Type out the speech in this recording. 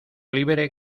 libre